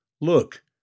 Look